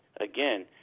again